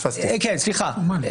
כן, סליחה.